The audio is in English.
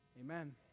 Amen